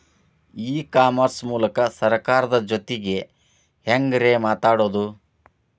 E commerce ಮೂಲಕ ಸರ್ಕಾರದ ಜೊತಿಗೆ ಹ್ಯಾಂಗ್ ರೇ ಮಾತಾಡೋದು?